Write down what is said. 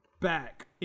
back